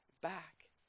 back